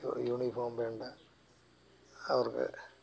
uniform വേണ്ട അവർക്ക്